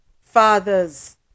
Fathers